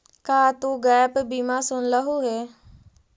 का तु गैप बीमा सुनलहुं हे?